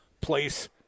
place